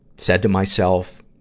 said to myself,